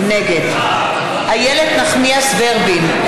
נגד איילת נחמיאס ורבין,